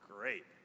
great